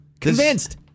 Convinced